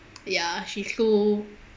ya she's cool